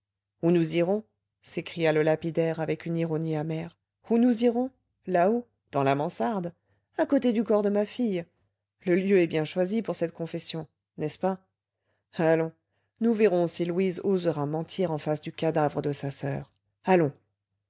où nous irons s'écria le lapidaire avec une ironie amère où nous irons là-haut dans la mansarde à côté du corps de ma fille le lieu est bien choisi pour cette confession n'est-ce pas allons nous verrons si louise osera mentir en face du cadavre de sa soeur allons